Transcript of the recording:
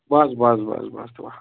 بَس بَس بَس بَس دُعا